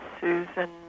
Susan